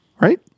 right